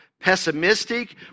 pessimistic